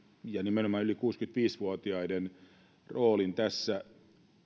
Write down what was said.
ja nimenomaan yli kuusikymmentäviisi vuotiaiden roolin tässä